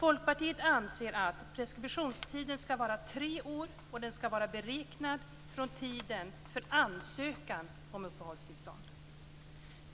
Folkpartiet anser att preskriptionstiden skall vara tre år, och den skall vara beräknad från tiden för ansökan om uppehållstillstånd.